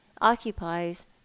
occupies